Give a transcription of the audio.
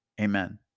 amen